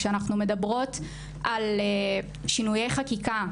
כשאנחנו מדברות על שינויי חקיקה,